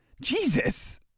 Jesus